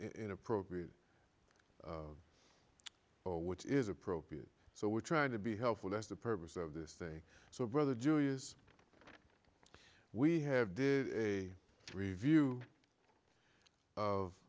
inappropriate or what is appropriate so we're trying to be helpful that's the purpose of this thing so brother do is we have did a review of